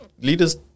leaders